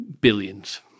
billions